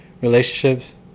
relationships